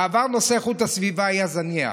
בעבר נושא איכות הסביבה היה זניח.